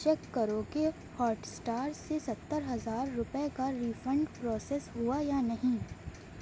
check کرو کہ Hotstar سے ستّر ہزار روپئے کا ریفنڈ پروسیس ہوا یا نہیں